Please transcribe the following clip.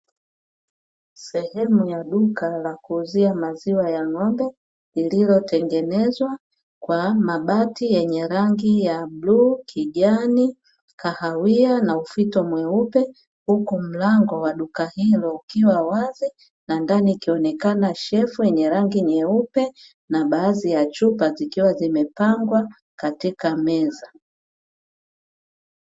Sehemu ya duka la kuuzia maziwa ya ng'ombe lililo tengenezwa kwa mabati yenye rangi ya bluu, kijani, kahawia na ufito mweupe, huku mlango wa duka hilo ukiwa wazi na ndani ikionekana shelfu yenye rangi nyeupe na baadhi ya chupa zikiwa zimepangwa katika meza.